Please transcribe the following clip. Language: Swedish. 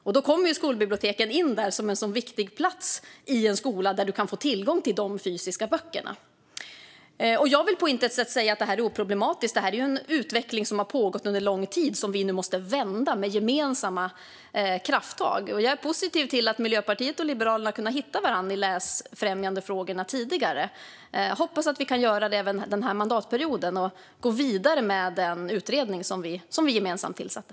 Där kommer skolbiblioteken in som en viktig plats i en skola där du kan få tillgång till de fysiska böckerna. Jag vill på intet sätt säga att det här är oproblematiskt. Det är en utveckling som har pågått under lång tid och som vi nu måste vända med gemensamma krafttag. Jag är positiv till att Miljöpartiet och Liberalerna har kunnat hitta varandra i läsfrämjandefrågorna tidigare. Jag hoppas att vi kan göra det även den här mandatperioden och gå vidare med den utredning som vi gemensamt tillsatte.